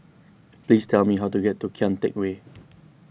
please tell me how to get to Kian Teck Way